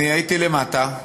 אני הייתי למטה,